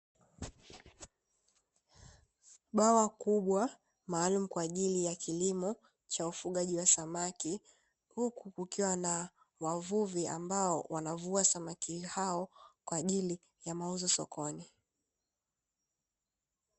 Bwawa kubwa maalumu kwa ajili ya kilimo cha ufugaji wa samaki, huku kukiwa na wavuvi ambao wanavua samaki hao kwa ajili ya mauzo sokoni.